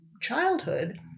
childhood